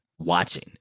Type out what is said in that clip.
watching